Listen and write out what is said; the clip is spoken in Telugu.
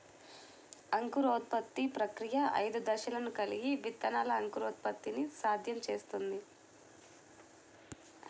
అంకురోత్పత్తి ప్రక్రియ ఐదు దశలను కలిగి విత్తనాల అంకురోత్పత్తిని సాధ్యం చేస్తుంది